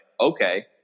okay